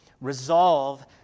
Resolve